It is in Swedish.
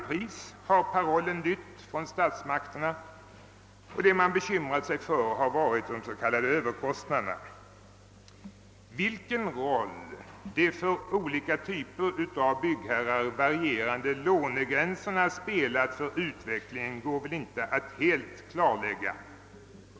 Parollen från statsmakterna har lytt: Bygg till varje pris! De s.k. överkostnaderna har man föga bekymrat sig om. Vilken roll de för olika typer av byggherrar varierande lånegränserna spelat för utvecklingen går väl inte att helt klarlägga.